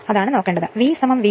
V V1 V2 ലഭിക്കുകയാണെങ്കിൽ